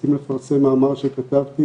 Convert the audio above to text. הסכים לפרסם מאמר שכתבתי,